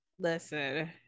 listen